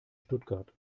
stuttgart